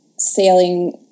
Sailing